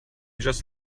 just